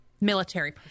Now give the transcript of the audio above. military